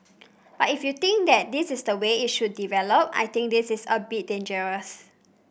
but if you think that this is the way it should develop I think this is a bit dangerous